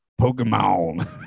Pokemon